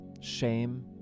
shame